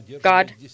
god